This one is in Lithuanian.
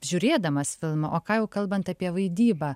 žiūrėdamas filmą o ką jau kalbant apie vaidybą